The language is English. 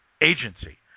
agency